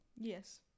yes